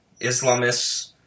Islamists